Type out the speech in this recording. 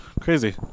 Crazy